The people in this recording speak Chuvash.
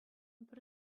пӗр